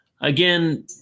Again